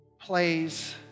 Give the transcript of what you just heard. plays